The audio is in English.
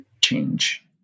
change